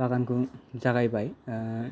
बागानखौ जागायबाय